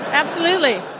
absolutely.